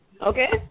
Okay